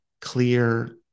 clear